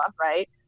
right